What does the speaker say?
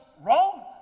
wrong